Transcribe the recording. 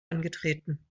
angetreten